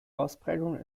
ausprägung